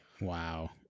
wow